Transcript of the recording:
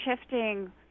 shifting